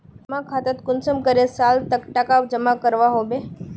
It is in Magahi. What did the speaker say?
जमा खातात कुंसम करे साल तक टका जमा करवा होबे?